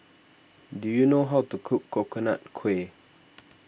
do you know how to cook Coconut Kuih